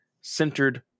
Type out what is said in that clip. centered